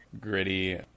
gritty